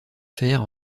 faire